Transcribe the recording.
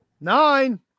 nine